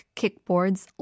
kickboards